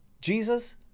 Jesus